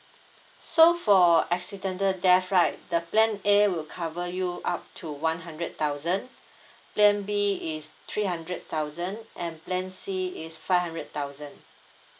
so for accidental death right the plan A will cover you up to one hundred thousand plan B is three hundred thousand and plan C is five hundred thousand